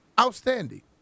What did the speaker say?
outstanding